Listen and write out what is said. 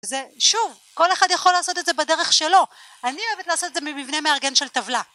שוב כל אחד יכול לעשות את זה בדרך שלו, אני אוהבת לעשות את זה מבנה מארגן של טבלה